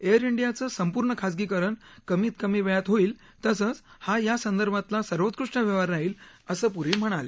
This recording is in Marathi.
एअर इंडियाचं संपूर्ण खासगीकरण कमीत कमी वेळात होईल तसंच हा यासंदर्भातला सर्वोत्कृट व्यवहार राहील असं प्री म्हणाले